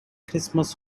christmas